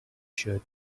shirt